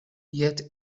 yet